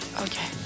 okay